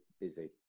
busy